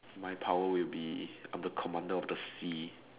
my power will be I'm the commander of the sea